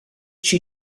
she